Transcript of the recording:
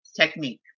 technique